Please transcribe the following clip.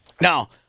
Now